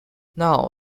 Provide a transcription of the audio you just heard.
now